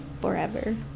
forever